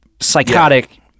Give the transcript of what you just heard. psychotic